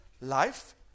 life